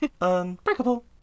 Unbreakable